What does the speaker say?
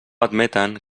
admeten